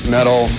Metal